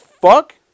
fuck